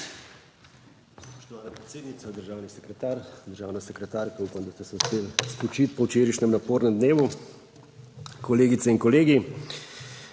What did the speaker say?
Hvala